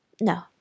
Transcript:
No